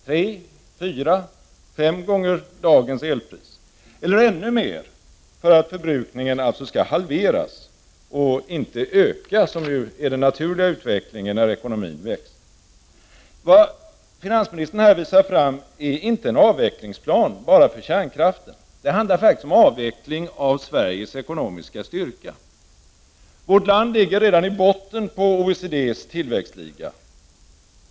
Tre, fyra, fem gånger dagens elpris eller ännu mer för att förbrukningen skall halveras och inte öka, som är den naturliga utvecklingen när ekonomin växer? Vad finansministern här uppvisar är inte en avvecklingsplan enbart för kärnkraften. Det handlar faktiskt om avveckling av Sveriges ekonomiska styrka. Vårt land ligger redan i botten av OECD:s tillväxtliga.